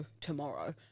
tomorrow